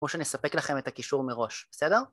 או שנספק לכם את הקישור מראש, בסדר?